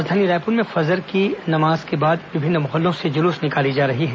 राजधानी रायपुर में फजर की नमाज के बाद विभिन्न मोहल्लों से जुलूस निकाली जा रही है